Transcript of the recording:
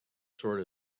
sort